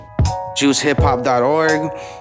Juicehiphop.org